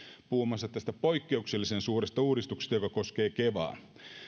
puhumassa tästä poikkeuksellisen suuresta uudistuksesta joka koskee kevaa